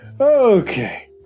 Okay